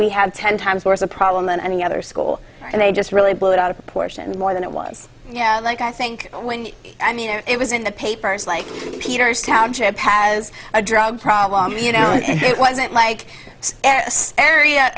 we had ten times worse a problem than any other school and they just really blew it out of proportion more than it was yeah like i think when i mean it was in the papers like peter's township pat was a drug problem you know it wasn't like